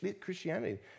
Christianity